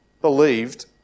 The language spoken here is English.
believed